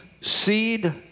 seed